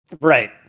right